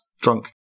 drunk